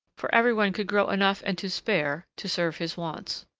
for every one could grow enough and to spare to serve his wants.